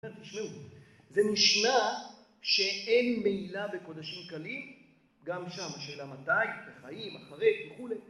תשמעו, זה נשמע שאין מילה בקודשים קלים, גם שם, השאלה מתי, בחיים, אחרי וכולי.